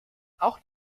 auch